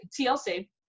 TLC